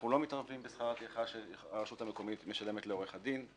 אנחנו לא מתערבים בשכר הטרחה שהרשות המקומית משלמת לעורכת הדין.